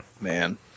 Man